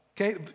okay